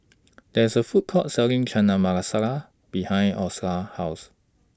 There IS A Food Court Selling Chana Masala behind Osa's House